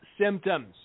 symptoms